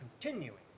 continuing